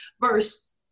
verse